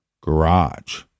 garage